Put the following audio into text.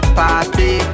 party